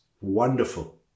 wonderful